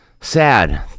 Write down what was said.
sad